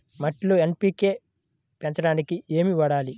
మట్టిలో ఎన్.పీ.కే పెంచడానికి ఏమి వాడాలి?